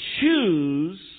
choose